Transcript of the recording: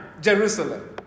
Jerusalem